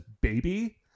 baby